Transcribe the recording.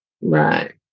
Right